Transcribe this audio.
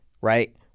right